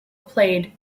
played